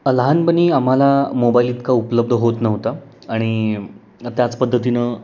लहानपणी आम्हाला मोबाईल इतका उपलब्ध होत नव्हता आणि त्याच पद्धतीनं